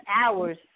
hours